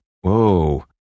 whoa